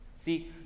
See